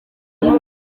myigire